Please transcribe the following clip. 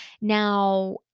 Now